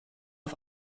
auf